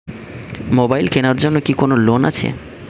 Mobile কেনার জন্য কি কোন লোন আছে?